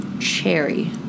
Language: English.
cherry